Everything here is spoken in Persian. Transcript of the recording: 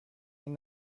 این